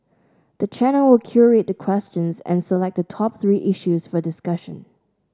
the channel will curate the questions and select the top three issues for discussion